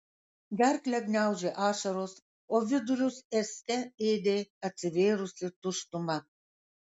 gerklę gniaužė ašaros o vidurius ėste ėdė atsivėrusi tuštuma